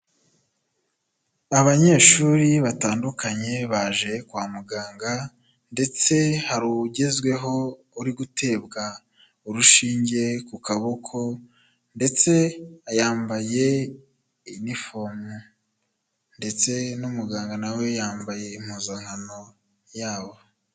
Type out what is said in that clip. Abanyeshuri batandukanye baje kwa muganga ndetse hari ugezweho uri gutegwa urushinge ku kaboko ndetse yambaye inifomu, ndetse n'umuganga nawe yambaye impuzankano yabo.